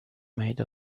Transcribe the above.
made